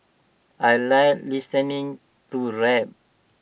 I Like listening to rap